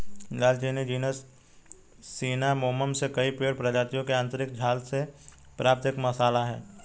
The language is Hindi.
दालचीनी जीनस सिनामोमम से कई पेड़ प्रजातियों की आंतरिक छाल से प्राप्त एक मसाला है